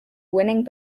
winning